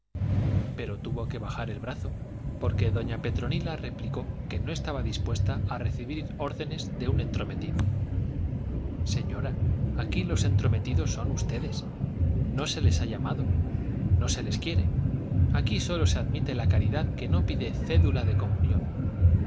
pero tuvo que bajar el brazo porque doña petronila replicó que no estaba dispuesta a recibir órdenes de un entrometido señora aquí los entrometidos son ustedes no se les ha llamado no se les quiere aquí sólo se admite la caridad que no pide cédula de comunión